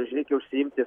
reikia užsiimti